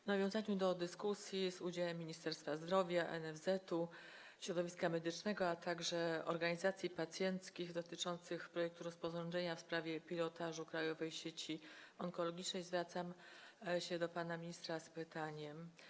W nawiązaniu do dyskusji z udziałem Ministerstwa Zdrowia, NFZ-u, środowiska medycznego, a także organizacji pacjenckich dotyczących projektu rozporządzenia w sprawie pilotażu Krajowej Sieci Onkologicznej zwracam się do pana ministra z pytaniem: